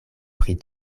pri